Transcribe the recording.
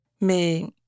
Mais